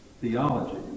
theology